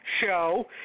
show